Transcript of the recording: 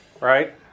Right